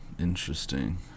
Interesting